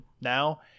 now